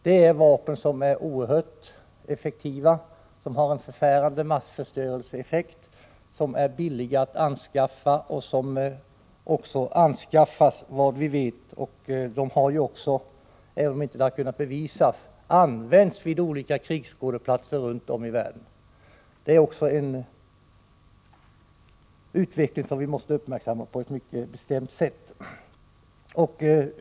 Det är vapen som är oerhört effektiva, som har en förfärande massförstörelseeffekt och som är billiga att anskaffa. Vad vi känner till så anskaffas också sådana vapen. Dessa vapen har ju också, även om det inte har kunnat bevisas, använts på olika krigsskådeplatser runt om i världen. Det är en utveckling som vi också måste följa med stor uppmärksamhet.